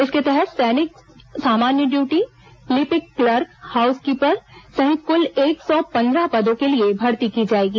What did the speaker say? इसके तहत सैनिक सामान्य ड्यूटी लिपिक क्लर्क हाऊस कीपर सहित कुल एक सौ पन्द्रह पदों के लिए भर्ती की जाएगी